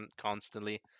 constantly